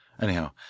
Anyhow